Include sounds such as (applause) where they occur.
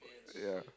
(noise) yeah